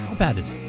bad is